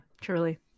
truly